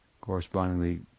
correspondingly